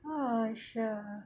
!wah! sure